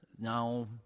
Now